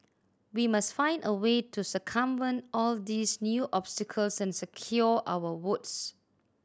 we must find a way to circumvent all these new obstacles and secure our votes